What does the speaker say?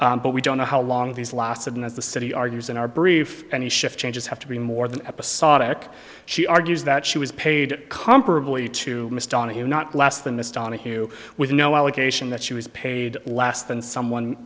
but we don't know how long these lasted and as the city argues in our brief any shift changes have to be more than episodic she argues that she was paid comparably to miss donahue not less than this donahue with no allegation that she was paid less than someone